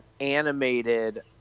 animated